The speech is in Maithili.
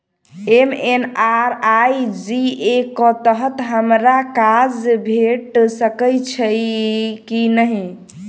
एम.एन.आर.ई.जी.ए कऽ तहत हमरा काज भेट सकय छई की नहि?